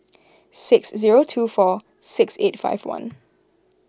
six zero two four six eight five one